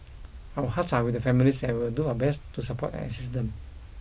our hearts are with the families and will do our best to support and assist them